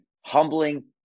humbling